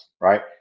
right